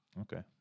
Okay